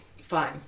Fine